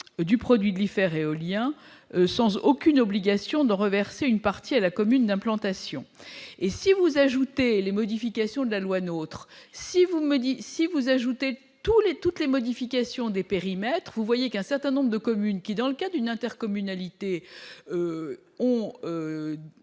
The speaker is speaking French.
du produit l'hiver éolien sans aucune obligation de reverser une partie à la commune d'implantation et si vous ajoutez les modifications de la loi nôtre si vous me dites si vous ajoutez tous les toutes les modifications des périmètres, vous voyez qu'un certain nombre de communes qui, dans le cas d'une intercommunalité ou